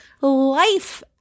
life